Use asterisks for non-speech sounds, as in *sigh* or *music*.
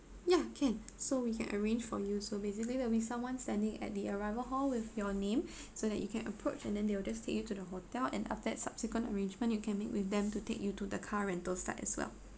ya can so we can arrange for you so basically there'll be someone standing at the arrival hall with your name *breath* so that you can approach and then they will just take you to the hotel and after that subsequent arrangement you can make with them to take you to the car rental side as well